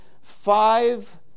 Five